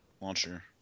launcher